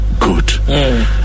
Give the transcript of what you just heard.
good